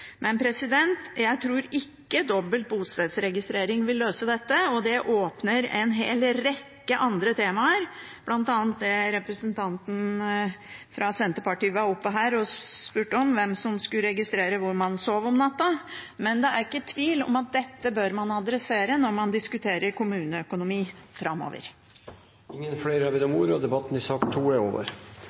og det åpner for en hel rekke andre temaer, bl.a. det representanten fra Senterpartiet var oppe her og spurte om, hvem som skulle registrere hvor man sov om natta, men det er ikke tvil om at dette bør man adressere når man diskuterer kommuneøkonomi framover. Flere har ikke bedt om ordet til sak nr. 2. Etter ønske fra kommunal- og